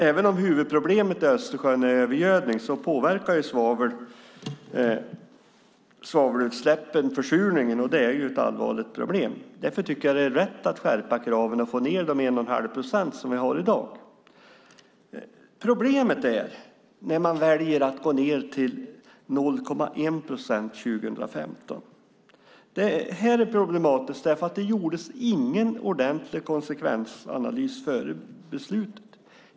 Även om huvudproblemet i Östersjön är övergödning påverkar svavelutsläppen försurningen, och det är ju ett allvarligt problem. Därför är det rätt att skärpa kraven och få ned dem till 1 1⁄2 procent, som vi har i dag. Problemet uppstår när man väljer att gå ned till 0,1 procent 2015. Det är problematiskt eftersom ingen ordentlig konsekvensanalys gjordes före beslutet.